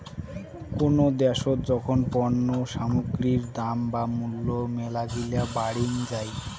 কোনো দ্যাশোত যখন পণ্য সামগ্রীর দাম বা মূল্য মেলাগিলা বাড়িং যাই